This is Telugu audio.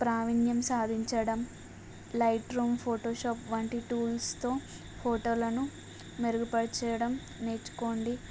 ప్రావీణ్యం సాధించడం లైట్ రూమ్ ఫోటో షాప్ వంటి టూల్స్తో ఫోటోలను మెరుగుపరచడం నేర్చుకోండి